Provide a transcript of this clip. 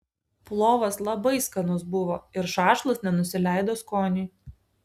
plovas labai skanus buvo ir šašlas nenusileido skoniui